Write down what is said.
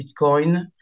Bitcoin